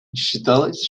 считалось